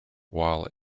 while